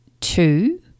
Two